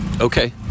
Okay